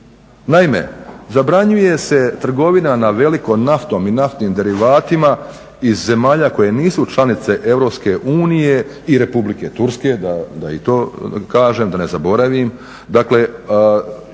Naime, zabranjuje se trgovina na veliko naftom i naftnim derivatima iz zemalja koje nisu članice Europske unije i Republike Turske, da i to kažem, da ne zaboravim,